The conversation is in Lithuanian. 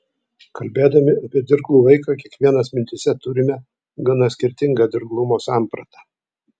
kalbėdami apie dirglų vaiką kiekvienas mintyse turime gana skirtingą dirglumo sampratą